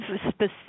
specific